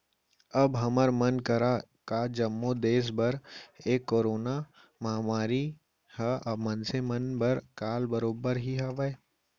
अब हमर मन करा का जम्मो देस बर ए करोना महामारी ह मनसे मन बर काल बरोबर ही हावय